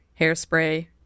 Hairspray